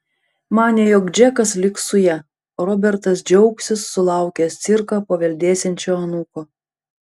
manė jog džekas liks su ja o robertas džiaugsis sulaukęs cirką paveldėsiančio anūko